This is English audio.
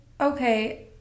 Okay